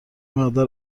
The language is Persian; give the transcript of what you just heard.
مقدار